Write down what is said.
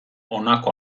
honako